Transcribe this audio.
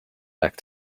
back